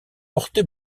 porté